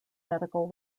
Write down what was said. medical